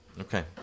Okay